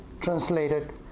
translated